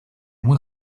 muy